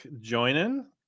Joining